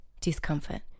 discomfort